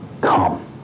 come